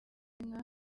nka